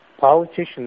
politicians